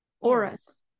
auras